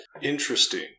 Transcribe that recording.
Interesting